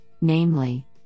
namely